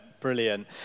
Brilliant